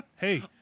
Hey